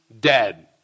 dead